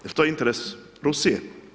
Jel to interes Rusije?